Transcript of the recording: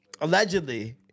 Allegedly